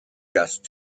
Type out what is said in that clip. just